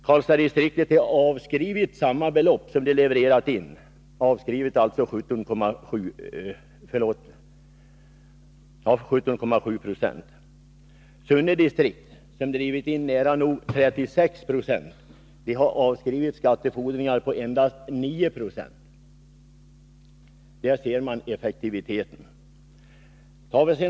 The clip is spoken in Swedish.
Karlstadsdistriktet har avskrivit samma andel som det levererat in, 17,7 Zo. Sunne distrikt, som drivit in nära nog 36 20, har avskrivit skattefordringar på endast 9 26. Där ser man effektiviteten.